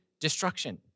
destruction